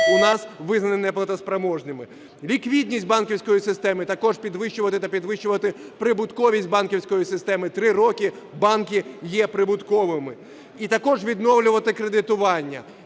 у нас визнані неплатоспроможними. Ліквідність банківської системи також підвищувати та підвищувати прибутковість банківської системи. Три роки банки є прибутковими. І також відновлювати кредитування.